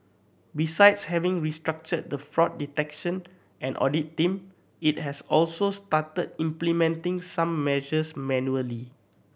besides having restructured the fraud detection and audit team it has also started implementing some measures manually